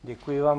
Děkuji vám.